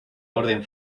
orden